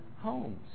homes